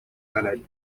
pallet